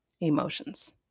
emotions